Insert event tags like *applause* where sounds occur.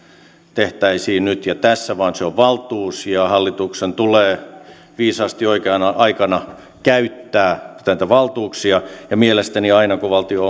tehtäisiin nyt ja tässä vaan se on valtuus ja hallituksen tulee viisaasti oikeana aikana käyttää näitä valtuuksia mielestäni aina kun valtion *unintelligible*